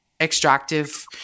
extractive